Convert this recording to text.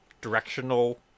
directional